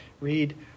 read